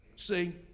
See